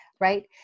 Right